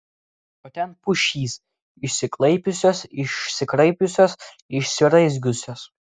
o ten pušys išsiklaipiusios išsikraipiusios išsiraizgiusios